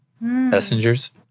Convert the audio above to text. messengers